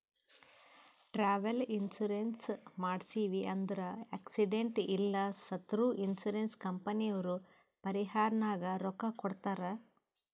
travel insurance ಮಾಡ್ಸಿವ್ ಅಂದುರ್ accident ಇಲ್ಲ ಸತ್ತುರ್ ಇನ್ಸೂರೆನ್ಸ್ ಕಂಪನಿದವ್ರು ಪರಿಹಾರನಾಗ್ ರೊಕ್ಕಾ ಕೊಡ್ತಾರ್